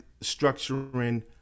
structuring